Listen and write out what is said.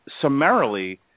summarily